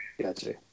gotcha